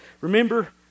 Remember